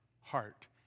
heart